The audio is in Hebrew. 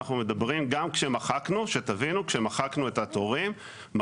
גם כשמחקנו את התורים,